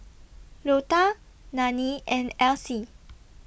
Lota Nanie and Elsie